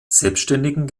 selbstständigen